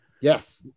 Yes